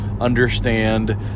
understand